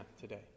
today